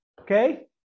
Okay